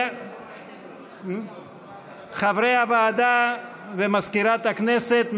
חברי הוועדה ומזכירת הכנסת,